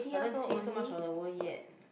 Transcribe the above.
I haven't see so much of the world yet